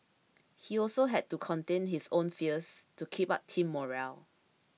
he also had to contain his own fears to keep up team morale